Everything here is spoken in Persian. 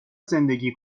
زندگی